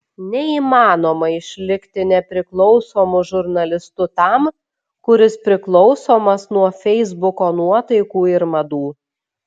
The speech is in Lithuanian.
neįmanoma išlikti nepriklausomu žurnalistu tam kuris priklausomas nuo feisbuko nuotaikų ir madų